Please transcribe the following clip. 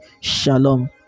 Shalom